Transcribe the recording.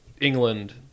England